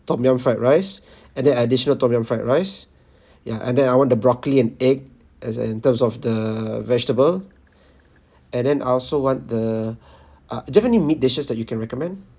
tom yum fried rice and then additional tom yum fried rice ya and then I want the broccoli and egg as in terms of the vegetable and then I also want the ah do you have any meat dishes that you can recommend